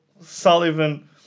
Sullivan